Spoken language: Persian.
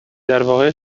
درواقع